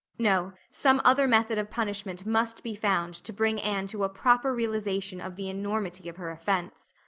no, some other method of punishment must be found to bring anne to a proper realization of the enormity of her offense.